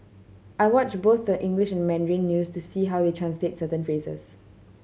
I watch both the English and Mandarin news to see how they translate certain phrases